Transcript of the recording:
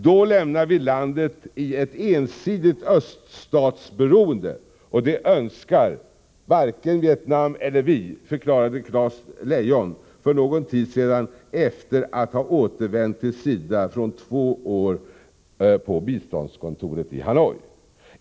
Då lämnar vi landet i ett ensidigt öststatsberoende, och det önskar varken Vietnam eller vi, förklarade Klas Leijon för någon tid sedan efter att ha återvänt till SIDA från två år på biståndskontoret i Hanoi.